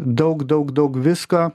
daug daug daug visko